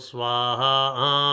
Swaha